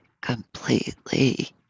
completely